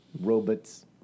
Robots